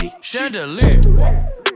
Chandelier